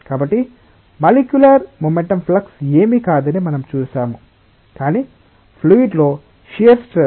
కాబట్టి molecular momentum flux ఏమీ కాదని మనం చూశాము కాని ఫ్లూయిడ్ లో షియర్ స్ట్రెస్